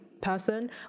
person